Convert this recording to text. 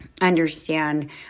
understand